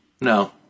No